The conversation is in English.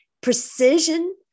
precision